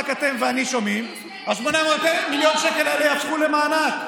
רק אתם ואני שומעים: 800 מיליון השקלים האלה יהפכו למענק.